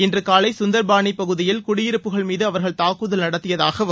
இன்று காலை சுந்தர்பாண் பகுதியில் குடியிருப்புகள் மீது அவர்கள் தாக்குதல் நடத்தியதாகவும்